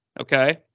Okay